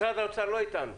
משרד האוצר לא איתנו?